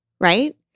right